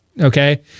okay